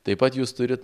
taip pat jūs turit